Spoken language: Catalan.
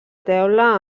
teula